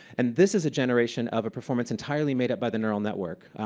and this is a generation of a performance entirely made up by the neural network,